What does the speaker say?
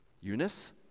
Eunice